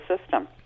system